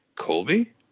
Colby